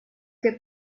que